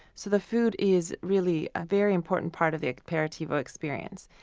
so the food is really a very important part of the aperitivo experience.